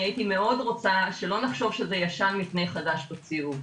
הייתי מאוד רוצה שלא נחשוב שזה "ישן מפני חדש תוציאו".